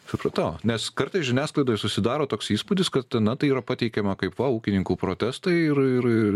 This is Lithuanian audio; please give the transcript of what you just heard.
supratau nes kartais žiniasklaidoj susidaro toks įspūdis kad na tai yra pateikiama kaip va ūkininkų protestai ir ir